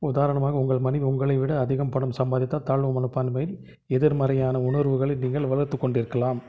உதாரணமாக உங்கள் மனைவி உங்களை விட அதிக பணம் சம்பாதித்தால் தாழ்வு மனப்பான்மையின் எதிர்மறையான உணர்வுகளை நீங்கள் வளர்த்துக் கொண்டிருக்கலாம்